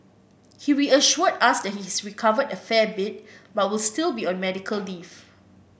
he reassured us that he has recovered a fair bit but will still be on medical leave